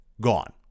gone